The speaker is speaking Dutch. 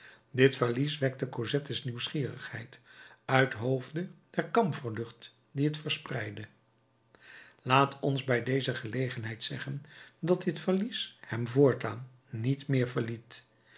dit valies wekte cosette's nieuwsgierigheid uithoofde der kamferlucht die het verspreidde laat ons bij deze gelegenheid zeggen dat dit valies hem voortaan niet meer verliet